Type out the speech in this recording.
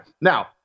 Now